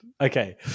Okay